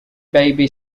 baby